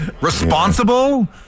Responsible